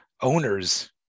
owners